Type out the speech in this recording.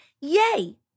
yay